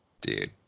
dude